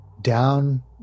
down